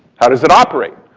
how does it operate?